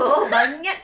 !huh!